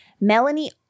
Melanie